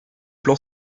plan